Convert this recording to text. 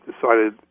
decided